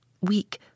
weak